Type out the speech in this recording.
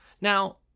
Now